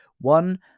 one